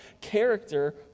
character